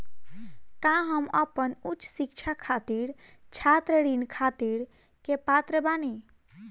का हम अपन उच्च शिक्षा खातिर छात्र ऋण खातिर के पात्र बानी?